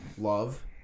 love